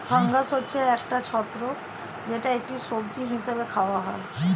fungus হচ্ছে ছত্রাক যেটা একটি সবজি হিসেবে খাওয়া হয়